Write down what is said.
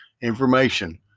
information